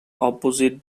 opposite